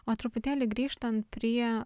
o truputėlį grįžtant prie